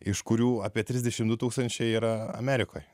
iš kurių apie trisdešimt du tūkstančiai yra amerikoje